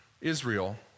Israel